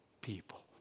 people